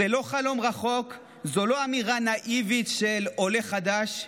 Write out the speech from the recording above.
זה לא חלום רחוק, זו לא אמירה נאיבית של עולה חדש.